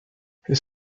his